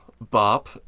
bop